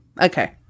Okay